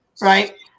right